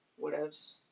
whatevs